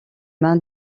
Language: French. mains